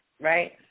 right